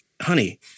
honey